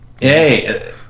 Hey